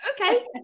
okay